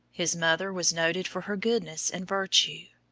his mother was noted for her goodness and virtue.